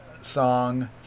song